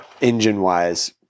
engine-wise